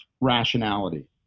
rationality